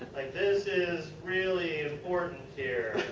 like this is really important here.